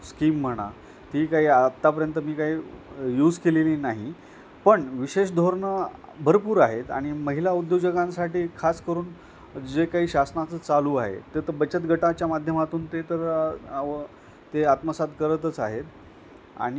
scheme म्हणा ती काही आत्तापर्यंत मी काही यूज केलेली नाही पण विशेष धोरणं भरपूर आहेत आणि महिला उद्योजकांसाठी खासकरून जे काही शासनाचं चालू आहे ते तर बचतगटांच्या माध्यमातून ते तर आव् ते आत्मसात करतच आहेत आणि